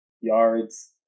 Yards